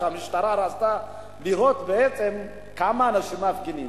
והמשטרה רצתה לראות בעצם כמה אנשים מפגינים.